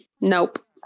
Nope